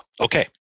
Okay